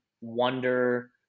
wonder